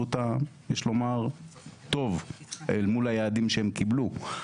אותם יש לומר טוב אל מול היעדים שהם קיבלו,